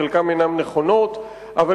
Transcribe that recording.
בחלקן אינן נכונות לגמרי,